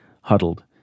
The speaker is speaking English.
huddled